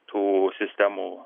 tų sistemų